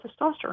testosterone